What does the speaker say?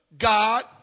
God